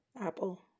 Apple